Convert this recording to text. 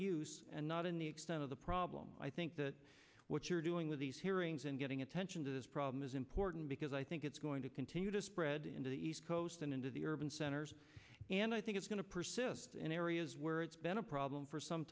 use and not in the extent of the problem i think that what you're doing with these hearings and getting attention to this problem is important because i think it's going to continue to spread into the east coast and into the urban centers and i think it's going to persist in areas where it's been a problem for some